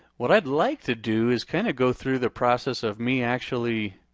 what i'd like to do is kind of go through the process of me actually